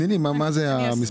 תגידי לי מה אלה המספרים.